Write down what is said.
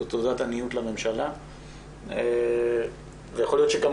זו תעודת עניות לממשלה ויכול להיות שגם